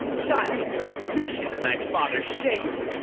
child of perdition, and thy father's shame!